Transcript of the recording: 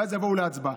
ואז יבואו להצבעה.